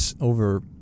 over